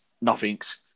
nothing's